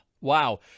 Wow